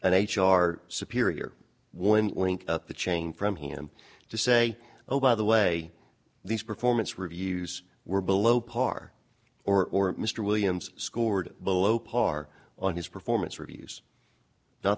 an h r superior one link up the chain from him to say oh by the way these performance reviews were below par or mr williams scored below par on his performance reviews not